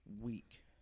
week